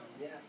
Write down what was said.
Yes